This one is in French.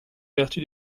vertu